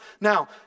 Now